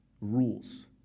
rules